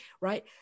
right